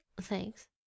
Thanks